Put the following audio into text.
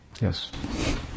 Yes